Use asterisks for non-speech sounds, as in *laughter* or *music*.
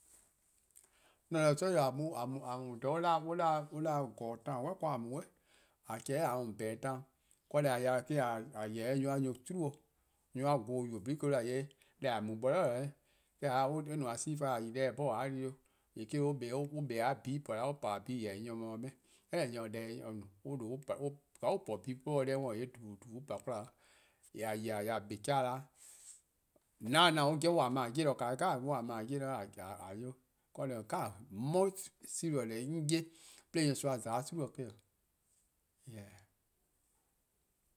'On 'mor-: 'dekorn: 'an-a'a: sorye'-a' :a mu :dha, *hesitation* an 'da-dih-a :goror: town, 'de :wor :a mu 'suh, 'de :a chehn 'o :dhie' :a mu :beheh: town. Deh :a 'yi-a de 'de :wor :a yeh-dih 'o nyor+-a nyor+ 'do :gwie: 'i, nyo-a vorn-' :nynuu: :nyene, 'de on 'da :yee' deh :a mu bo 'de nao' :eh? 'De :a 'da eh no-a cease fire :yee' :a yi de-dih 'bhorn 'da :a 'ye di 'o, :yee' eh-: :korn dhih on kpa-a a-a; bhu+-a po 'da, on po-a bhu+, jorwow: nyor :se-' 'meh 'de mor deh :se-' nyor no. *hesitation* :ka on po-a buh+ 'de on se-a deh-dih worn, :dubu: :dubu: :yee' on pa 'kwla, :yee' :a 'kpa 'o kehleh 'da 'weh. Now now, on :ne-a mor-: :a 'ye-dih, *hesitation* most serious deh 'on 'ye-a 'de nyorsoa :za-a 'o :geie: 'i eh 'o.